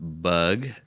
Bug